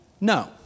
no